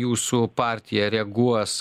jūsų partija reaguos